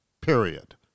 Period